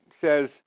says